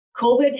COVID